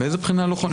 מאיזו בחינה לא נכון?